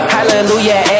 Hallelujah